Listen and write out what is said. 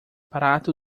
prato